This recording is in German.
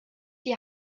die